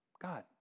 God